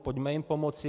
Pojďme jim pomoci.